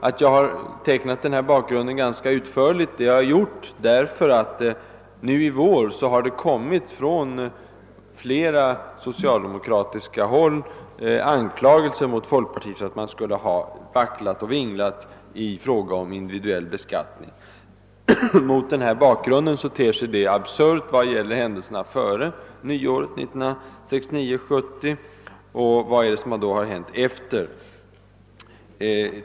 Att jag har tecknat denna bakgrund ganska utförligt beror på att det nu i vår från socialdemokratiskt håll kommit anklagelser mot folkpartiet för att vi skulle ha vacklat och vinglat i fråga om individuell beskattning. Mot den skildrade bakgrunden ter sig detta absurt, vad gäller händelserna före nyåret 1969/70. Vad har då hänt efter denna tidpunkt?